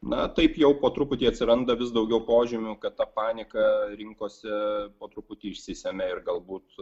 na taip jau po truputį atsiranda vis daugiau požymių ta panika rinkose po truputį išsisemia ir galbūt